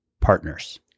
partners